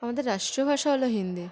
আমাদের রাষ্ট্র ভাষা হলো হিন্দি